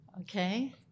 okay